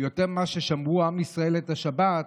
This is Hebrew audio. יותר ממה ששמרו עם ישראל את השבת,